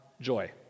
joy